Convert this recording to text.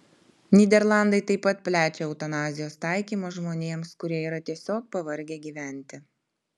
nyderlandai taip pat plečia eutanazijos taikymą žmonėms kurie yra tiesiog pavargę gyventi